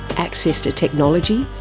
access to technology,